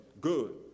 Good